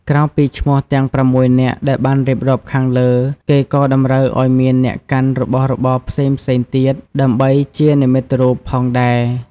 ក្រៅពីឈ្មោះទាំង ០៦ នាក់ដែលបានរៀបរាប់ខាងលើ គេក៏តម្រូវឲ្យមានអ្នកកាន់របស់របរផ្សេងៗទៀត ដើម្បីជានិមត្តិរូបផងដែរ។